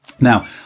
Now